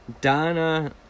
Donna